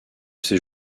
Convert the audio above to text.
ces